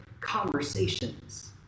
conversations